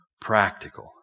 practical